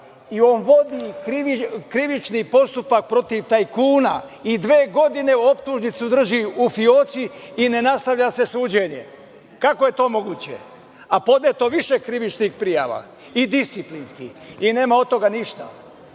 i on vodi krivični postupak protiv tajkuna i dve godine optužnicu drži u fioci i ne nastavlja se suđenje. Kako je to moguće? Podneto je više krivičnih prijava i disciplinskih i nema od toga ništa